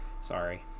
sorry